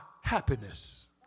happiness